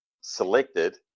selected